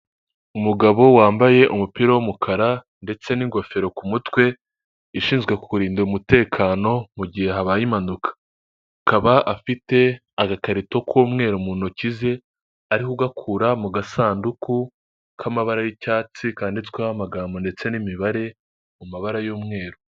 Umugabo wambaye umupira w'umukara ndetse n'ingofero ku mutwe ishinzwe kurinda umutekano mugihe habaye impanuka, akaba afite agakarito k'umweru mu ntoki ze ariho ugakura mu gasanduku k'amabara y'icyatsi kanditsweho amagambo ndetse n'imibare mu mabara y'umweru.